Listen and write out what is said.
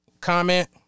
comment